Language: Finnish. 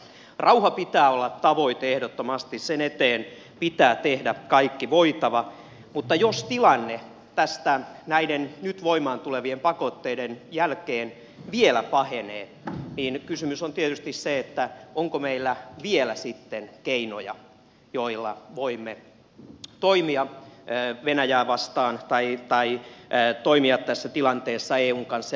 rauhan pitää olla tavoite ehdottomasti sen eteen pitää tehdä kaikki voitava mutta jos tilanne tästä näiden nyt voimaan tulevien pakotteiden jälkeen vielä pahenee niin kysymys on tietysti se onko meillä vielä sitten keinoja joilla voimme toimia venäjää vastaan tai toimia tässä tilanteessa eun kanssa